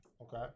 Okay